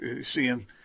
seeing